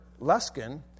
Luskin